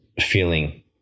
feeling